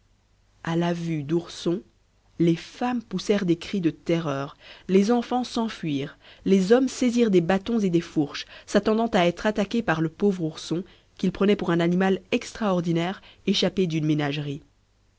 à la vue d'ourson les femmes poussèrent des cris de terreur les enfants s'enfuirent les hommes saisirent des bâtons et des fourches s'attendant à être attaqués par le pauvre ourson qu'ils prenaient pour un animal extraordinaire échappe d'une ménagerie